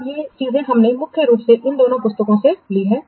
और ये चीजें हमने मुख्य रूप से इन दो पुस्तकों से ली हैं